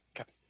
okay